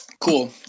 Cool